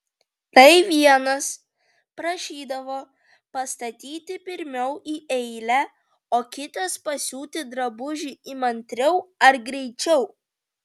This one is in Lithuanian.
tai vienas prašydavo pastatyti pirmiau į eilę o kitas pasiūti drabužį įmantriau ar greičiau